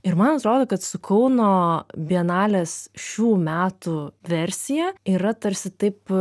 ir man atrodo kad su kauno bienalės šių metų versija yra tarsi taip